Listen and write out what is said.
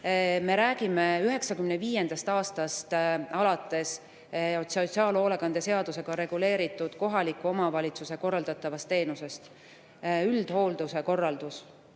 Me räägime 1995. aastast alates sotsiaalhoolekande seadusega reguleeritud kohaliku omavalitsuse korraldatavast teenusest: üldhoolduse korraldus